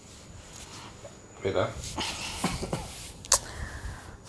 okay lah